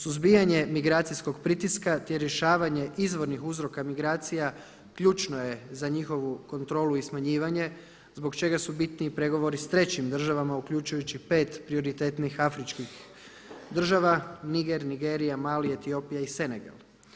Suzbijanje migracijskog pritiska te rješavanje izvornih uzroka migracija ključno je za njihovu kontrolu i smanjivanje zbog čega su bitni i pregovori sa trećim državama uključujući pet prioritetnih afričkih država: Niger, Nigerija, Mali, Etiopija i Senegal.